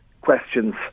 questions